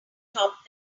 topped